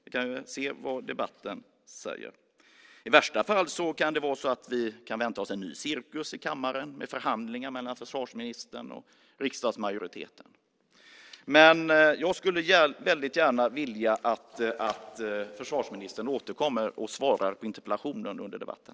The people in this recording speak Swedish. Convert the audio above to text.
Vi får se vad som sägs i debatten. I värsta fall kan det vara så att vi kan vänta oss en ny cirkus i kammaren med förhandlingar mellan försvarsministern och riksdagsmajoriteten. Jag skulle väldigt gärna vilja att försvarsministern återkommer och svarar på interpellationen här under debatten.